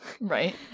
Right